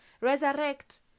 resurrect